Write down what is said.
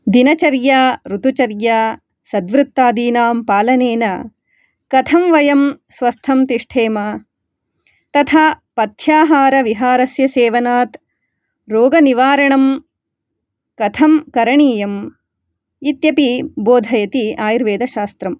दिनचर्या ऋतुचर्या सद्वृत्तादीनां पालनेन कथं वयं स्वस्थं तिष्ठेम तथा पथ्याहारविहारस्य सेवनात् रोगनिवारणं कथं करणीयम् इत्यपि बोधयति आयुर्वेदशास्त्रम्